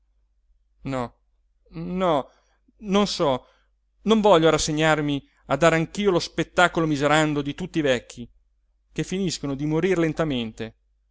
no no non so non voglio rassegnarmi a dare anch'io lo spettacolo miserando di tutti i vecchi che finiscono di morir lentamente